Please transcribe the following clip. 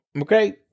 Okay